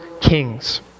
kings